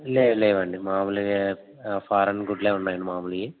లేవు లేవండి మాములుగా ఫారెన్ గుడ్లు ఉన్నాయండి మామూలువి